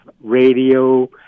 radio